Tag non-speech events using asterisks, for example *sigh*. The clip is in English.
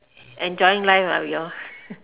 enjoying life ah we all *laughs*